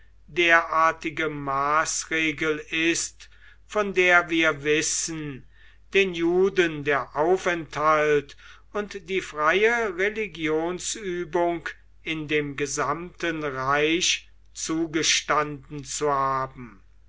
derartige maßregel ist von der wir wissen den juden der aufenthalt und die freie religionsübung in dem gesamten reich zugestanden zu haben